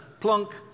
Plunk